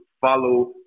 follow